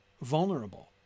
vulnerable